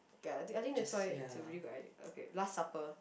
ya I think I think that's why it's a really good idea okay last supper